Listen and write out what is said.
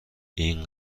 این